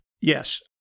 Yes